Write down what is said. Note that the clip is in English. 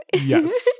Yes